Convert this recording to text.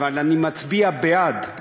אבל אני מצביע בעד,